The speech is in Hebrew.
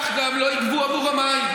כך גם לא יגבו עבור המים.